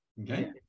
Okay